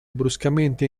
bruscamente